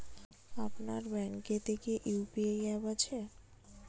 আপনার ব্যাঙ্ক এ তে কি ইউ.পি.আই অ্যাপ আছে?